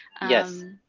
yes.